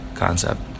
Concept